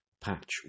Patch